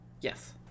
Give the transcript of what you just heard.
yes